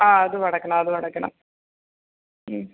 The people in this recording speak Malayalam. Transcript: ആ അതുമടയ്ക്കണം അതുമടയ്ക്കണം ഉം